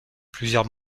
plusieurs